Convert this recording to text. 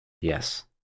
Yes